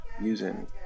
using